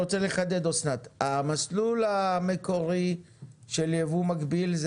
המסלול המקורי של יבוא מקביל,